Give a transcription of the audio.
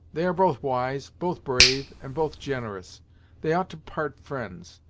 they are both wise, both brave, and both generous they ought to part friends.